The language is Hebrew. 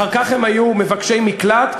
אחר כך הם היו מבקשי מקלט,